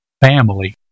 Family